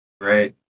great